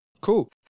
Cool